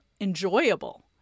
enjoyable